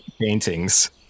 paintings